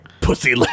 pussy